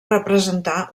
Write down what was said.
representar